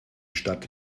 stadt